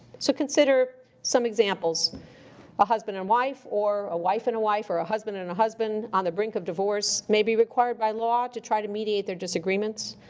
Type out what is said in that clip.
so, consider some examples a husband and wife, or a wife and a wife, or a husband and a husband, on the brink of divorce may be required by law to try to mediate their disagreements.